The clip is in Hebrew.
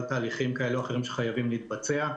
תהליכים כאלה או אחרים שחייבים להתבצע,